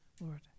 Lord